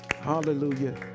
hallelujah